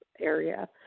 area